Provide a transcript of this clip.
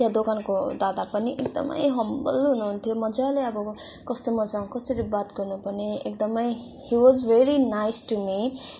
त्यहाँ दोकानको दादा पनि एकदमै हम्बल हुनुहुन्थ्यो मज्जाले अब कस्टमरसँग कसरी बात गर्नुपर्ने एकदमै he was very nice to me